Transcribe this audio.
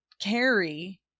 carry